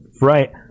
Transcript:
right